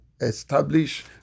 establish